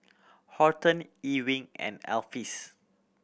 Horton Ewing and Alpheus